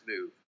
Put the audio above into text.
move